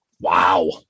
Wow